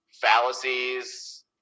fallacies